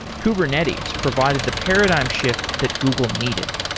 kubernetes provided the paradigm shift that google needed.